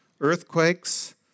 earthquakes